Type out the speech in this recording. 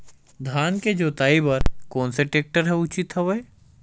धान के जोताई बर कोन से टेक्टर ह उचित हवय?